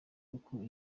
uko